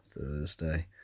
Thursday